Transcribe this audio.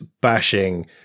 bashing